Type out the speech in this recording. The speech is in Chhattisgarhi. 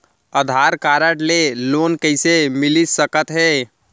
आधार कारड ले लोन कइसे मिलिस सकत हे?